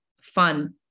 fun